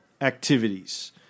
activities